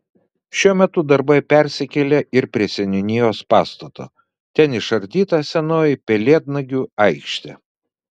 šiuo metu darbai persikėlė ir prie seniūnijos pastato ten išardyta senoji pelėdnagių aikštė